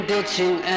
Ditching